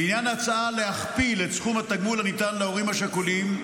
לעניין ההצעה להכפיל את סכום התגמול הניתן להורים השכולים,